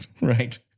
Right